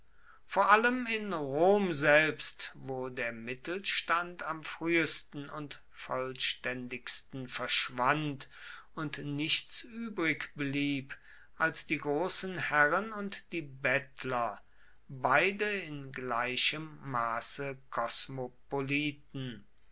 vor allem in rom selbst wo der mittelstand am frühesten und vollständigsten verschwand und nichts übrig blieb als die großen herren und die bettler beide in gleichem maße kosmopoliten